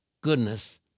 goodness